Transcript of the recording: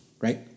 right